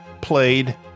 played